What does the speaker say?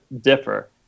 differ